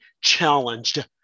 challenged